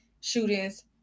shootings